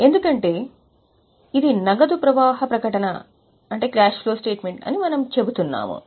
ఎందుకంటే ఇది నగదు ప్రవాహ ప్రకటన అని మనం చెబుతున్నాము